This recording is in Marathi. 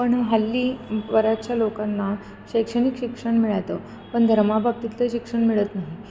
पण हल्ली बऱ्याचशा लोकांना शैक्षणिक शिक्षण मिळतं पण धर्माबाबतीतलं शिक्षण मिळत नाही